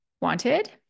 wanted